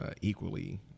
equally